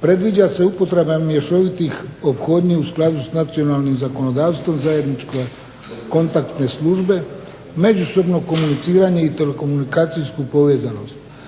Predviđa se upotreba mješovitih ophodnji u skladu sa nacionalnim zakonodavstvom, zajedničko-kontaktne službe, međusobno komuniciranje i telekomunikacijsku povezanost.